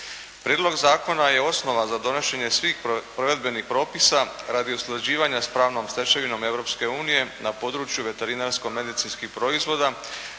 Prijedlog zakona je osnova za donošenje svih provedbenih propisa radi usklađivanja sa pravnom stečevinom Europske unije na području veterinarsko-medicinskih proizvoda